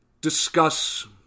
discuss